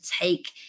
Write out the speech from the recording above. take